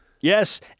Yes